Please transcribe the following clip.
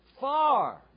far